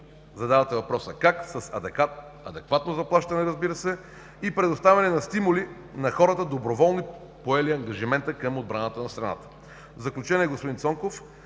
задавате въпроса: как – с адекватно заплащане, разбира се, и предоставяне на стимули на хората, доброволно поели ангажимента към отбраната на страната. В заключение, господин Цонков,